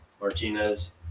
Martinez